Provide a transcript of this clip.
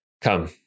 come